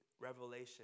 revelation